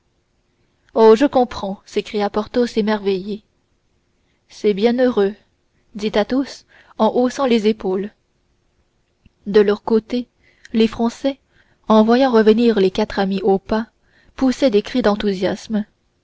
oh je comprends s'écria porthos émerveillé c'est bien heureux dit athos en haussant les épaules de leur côté les français en voyant revenir les quatre amis au pas poussaient des cris d'enthousiasme